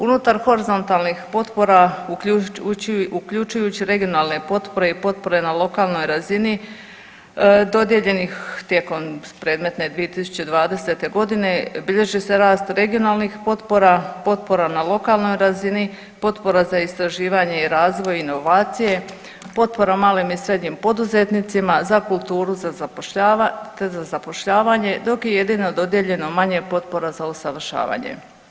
Unutar horizontalnih potpora, uključujući regionalne potpore i potpore na lokalnoj razini, dodijeljenih tijekom predmetne 2020. godine, bilježi se rast regionalnih potpora, potpora na lokalnoj razini, potpora za istraživanje i razvoj i inovacije, potpore malim i srednjim poduzetnicima, za kulturu te za zapošljavanje, dok je jedino dodijeljeno manje potpora za usavšravanje.